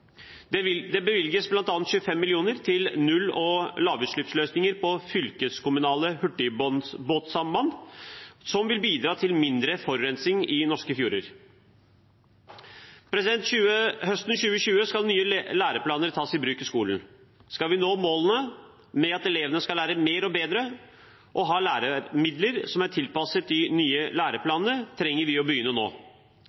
Det bevilges bl.a. 25 mill. kr til null- og lavutslippsløsninger på fylkeskommunale hurtigbåtsamband, som vil bidra til mindre forurensing i norske fjorder. Høsten 2020 skal nye læreplaner tas i bruk i skolen. Skal vi nå målene om at elevene skal lære mer og bedre, og ha læremidler som er tilpasset de nye